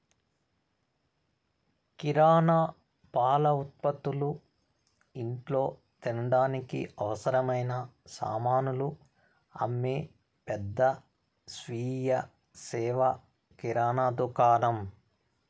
కిరణా, పాల ఉత్పతులు, ఇంట్లో తినడానికి అవసరమైన సామానులు అమ్మే పెద్ద స్వీయ సేవ కిరణా దుకాణం